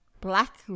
black